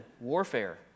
warfare